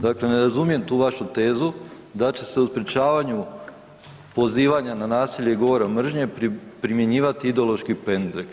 Dakle, ne razumijem tu vašu tezu da će se u sprječavanju pozivanja na nasilje i govora mržnje primjenjivati ideološki pendrek.